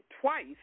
twice